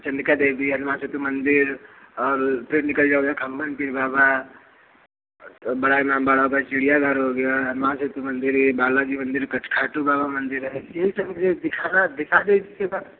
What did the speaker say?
चंडिका देवी हनुमान सेतु मंदिर और फिर निकल जाओ यहाँ खम्मन पीर बाबा बड़ा इमाम चिड़ियाघर हो गया हनुमान सेतु मंदिर है बालाजी मंदिर खाटू बाबा मंदिर है ये सब जगह दिखाना है दिखा दीजिए बस